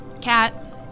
Cat